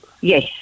Yes